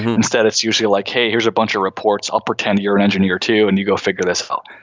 instead, it's usually like, hey, here's a bunch of reports. i'll pretend you're an engineer, too, and you go figure this out.